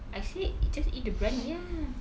I said just eat the briyani ah